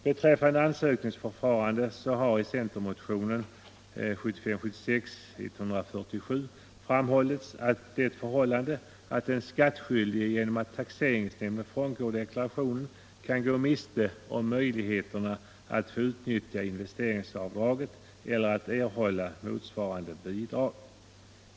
Beträffande ansökningsförfarandet har i centermotionen 1975/76:147 det förhållandet framhållits att den skattskyldige genom att taxeringsnämnden frångår deklarationen kan gå miste om möjligheterna att utnyttja investeringsavdraget eller erhålla motsvarande bidrag.